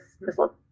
missile